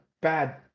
bad